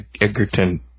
Egerton